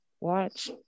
watch